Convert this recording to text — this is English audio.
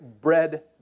bread